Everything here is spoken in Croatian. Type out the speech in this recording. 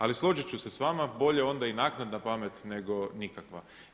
Ali složit ću se s vama, bolje onda i naknadna pamet nego nikakva.